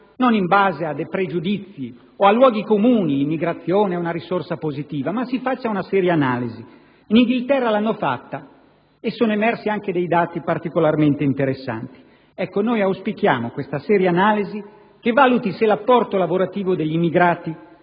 non in base a pregiudizi o a luoghi comuni (l'immigrazione è una risorsa positiva). In Inghilterra l'hanno fatto e sono emersi anche dei dati particolarmente interessanti. Auspichiamo una seria analisi, che valuti se l'apporto lavorativo degli immigrati